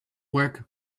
work